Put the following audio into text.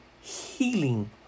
healing